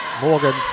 Morgan